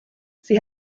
sie